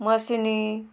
मशीनी